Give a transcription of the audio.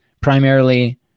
primarily